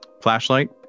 flashlight